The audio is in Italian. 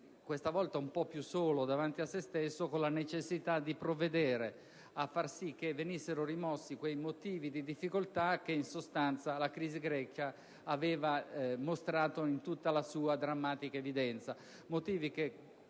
questa volta un po' più solo davanti a se stesso, con la necessità di provvedere a far sì che venissero rimossi quei motivi di difficoltà che in sostanza la crisi greca aveva mostrato in tutta la loro drammatica evidenza,